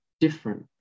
different